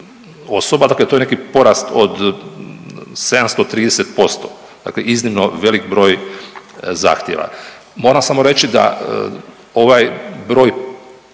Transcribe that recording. osoba, dakle to je neki porast od 730%, dakle iznimno velik broj zahtjeva. Moram samo reći da ovaj broj